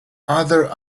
other